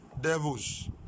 devils